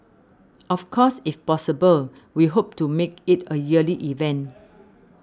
of course if possible we hope to make it a yearly event